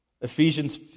Ephesians